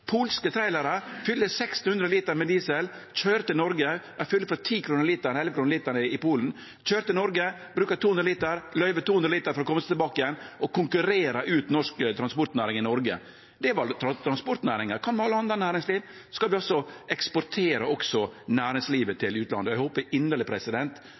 Polske trailerar fyller 600 liter diesel for 10–11 kr/liter i Polen, kjører til Noreg, brukar 200 liter, løyver 200 liter for å kome seg tilbake og konkurrerer ut norsk transportnæring i Noreg. Det var transportnæringa. Kva med alt anna næringsliv? Skal vi også eksportere næringslivet